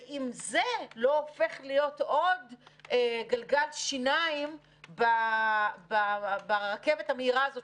ואם זה לא הופך להיות עוד גלגל שיניים ברכבת המהירה הזאת